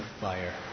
fire